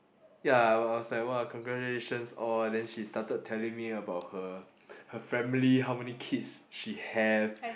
ya I I was like !wah! congratulations all then she started telling me about her her family how many kids she have